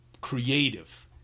creative